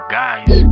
guys